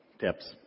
tips